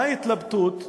מה ההתלבטות?